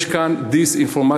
יש כאן דיסאינפורמציה,